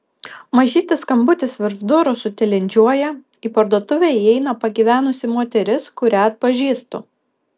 mažytis skambutis virš durų sutilindžiuoja į parduotuvę įeina pagyvenusi moteris kurią atpažįstu